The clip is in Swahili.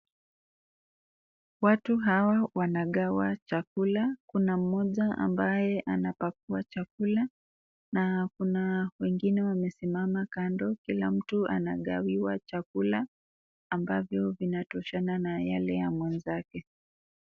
Watu hawa wanagawa chakula. Kuna mmoja ambaye anapakua chakula na kuna wengine wamesimama kando. Kila mtu anagawiwa chakula ambavyo vinatoshana na yale ya mwenzake.